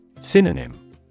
Synonym